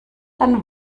dann